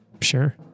Sure